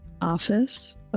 Office